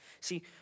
See